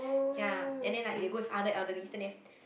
ya and then like they go with other elderlies then they have